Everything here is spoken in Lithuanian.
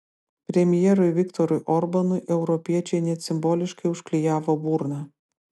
premjerui viktorui orbanui europiečiai net simboliškai užklijavo burną